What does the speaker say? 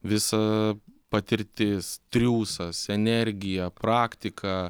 visa patirtis triūsas energija praktika